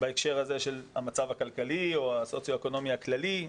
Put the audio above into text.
בהקשר הזה של המצב הכלכלי או הסוציו אקונומי הכללי.